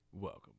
Welcome